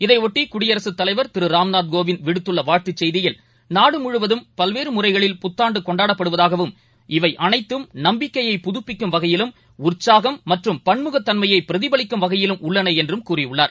இதையொட்டி குடியரசுத் தலைவர் திருராம்நாத் கோவிந்த் விடுத்துள்ளவாழ்த்துச் செய்தியில் நாடுமுழுவதும் பல்வேறுமுறைகளில் புத்தாண்டுகொண்டாடப்படுவதாகவும் இவை அனைத்தும் நம்பிக்கையை புதுப்பிக்கும் வகையிலும் உற்சாகம் மற்றும் பன்முகத் தன்மையைபிரதிபலிக்கும் வகையிலும் உள்ளனஎன்றும் கூறியுள்ளார்